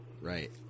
right